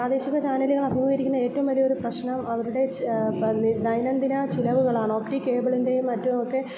പ്രാദേശിക ചാനലുകൾ അഭിമുഖീകരിക്കുന്ന ഏറ്റോം വലിയൊരു പ്രശ്നം അവരുടെ ദൈനം ദിന ചിലവുകളാണോ ഒപ്റ്റിക്കേബിളിൻ്റെയും മറ്റും ഒക്കെ